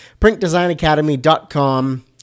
Printdesignacademy.com